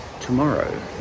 tomorrow